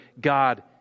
God